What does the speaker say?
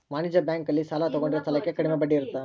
ವಾಣಿಜ್ಯ ಬ್ಯಾಂಕ್ ಅಲ್ಲಿ ಸಾಲ ತಗೊಂಡಿರೋ ಸಾಲಕ್ಕೆ ಕಡಮೆ ಬಡ್ಡಿ ಇರುತ್ತ